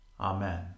Amen